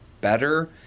better